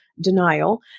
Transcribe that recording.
Denial